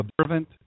observant